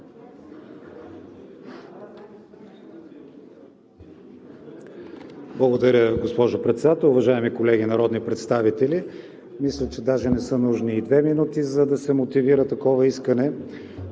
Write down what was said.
Благодаря, госпожо Председател. Уважаеми колеги народни представители! Мисля, че не са нужни и две минути, за да се мотивира такова искане.